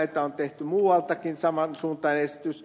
muualtakin on tehty saman suuntainen esitys